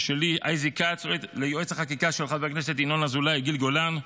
שלי אייזיק כץ וליועץ החקיקה של חבר הכנסת ינון אזולאי גיל גולן,